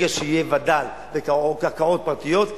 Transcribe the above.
שברגע שיהיה וד"ל או קרקעות פרטיות,